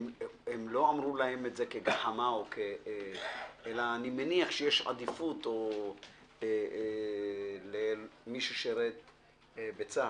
לא אמרו להם את זה כגחמה אלא אני מניח שיש עדיפות למי ששירת בצה"ל,